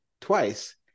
twice